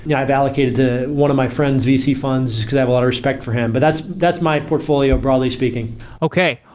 yeah i've allocated to one of my friend's vc funds, because i have a lot of respect for him, but that's that's my portfolio broadly speaking okay.